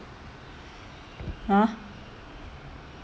!huh!